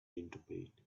interpret